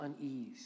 unease